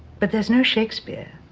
but there's no shakespeare.